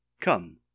Come